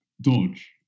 dodge